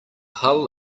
hull